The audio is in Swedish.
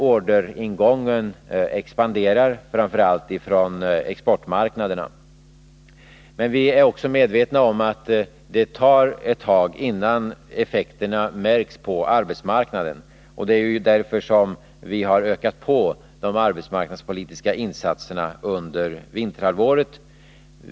Orderingången expanderar, framför allt från exportmarknaderna. Men vi är också medvetna om att det tar ett tag innan effekterna märks på arbetsmarknaden, och det är ju därför som vi har ökat på det arbetsmarknadspolitiska insatserna under vinterhalvåret.